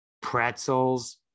pretzels